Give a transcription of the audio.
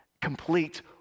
complete